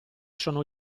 sono